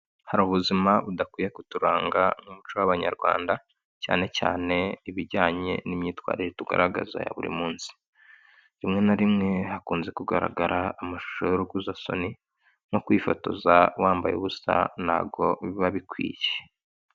Hari ubuzima budakwiye kuturanga nk'umuco w'abanyarwanda cyane cyane ibijyanye n'imyitwarire tugaragaza ya buri munsi, rimwe na rimwe hakunze kugaragara amashusho y'urukozasoni no kwifotoza wambaye ubusa ntabwogo bi babikwiye.